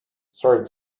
sorry